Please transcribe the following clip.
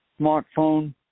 smartphone